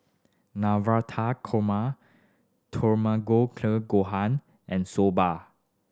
Navrata Korma Gohan and Soba